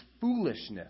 foolishness